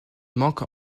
manque